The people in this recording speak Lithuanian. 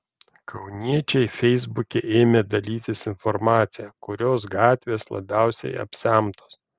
kauniečiai feisbuke ėmė dalytis informacija kurios gatvės labiausiai apsemtos